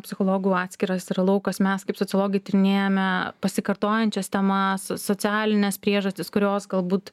psichologų atskiras yra laukas mes kaip sociologai tyrinėjame pasikartojančias temas socialines priežastis kurios galbūt